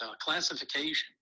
classification